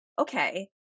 okay